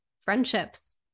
friendships